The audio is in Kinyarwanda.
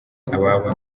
ababo